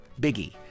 Biggie